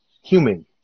human